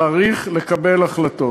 צריך לקבל החלטות.